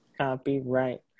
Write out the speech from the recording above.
Copyright